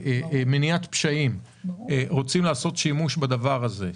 מניעת פשעים רוצים לעשות שימוש בדבר הזה,